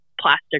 plastic